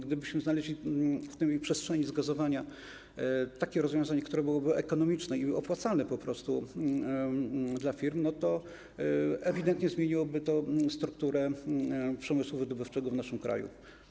Gdybyśmy znaleźli w przestrzeni zgazowania takie rozwiązanie, które byłoby ekonomiczne i po prostu opłacalne dla firm, to ewidentnie zmieniłoby to strukturę przemysłu wydobywczego w naszym kraju.